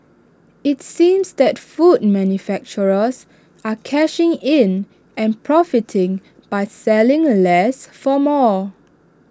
IT seems that food manufacturers are cashing in and profiting by selling less for more